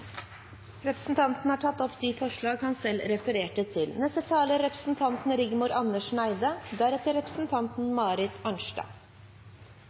Representanten Eirik Milde har tatt opp de forslagene han refererte til.